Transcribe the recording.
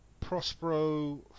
Prospero